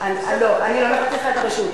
חצי דקה.